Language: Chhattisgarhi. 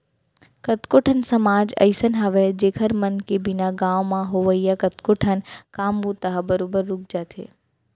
कतको ठन समाज अइसन हावय जेखर मन के बिना गाँव म होवइया कतको ठन काम बूता ह बरोबर रुक जाथे